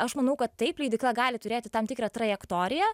aš manau kad taip leidykla gali turėti tam tikrą trajektoriją